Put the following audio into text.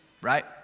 right